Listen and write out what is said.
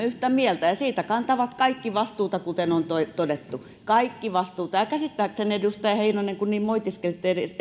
yhtä mieltä ja siitä kantavat kaikki vastuuta kuten on todettu kaikki kantavat vastuuta ja käsittääkseni edustaja heinonen kun niin moitiskelitte